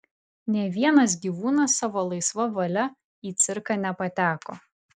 nė vienas gyvūnas savo laisva valia į cirką nepateko